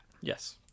Yes